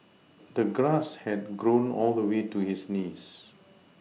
the grass had grown all the way to his knees